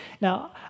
Now